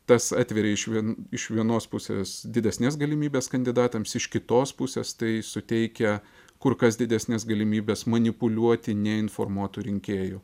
tas atveria iš vien iš vienos pusės didesnes galimybes kandidatams iš kitos pusės tai suteikia kur kas didesnes galimybes manipuliuoti neinformuotu rinkėju